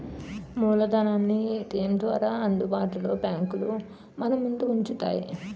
మూలధనాన్ని ఏటీఎం ద్వారా అందుబాటులో బ్యాంకులు మనముందు ఉంచుతాయి